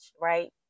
right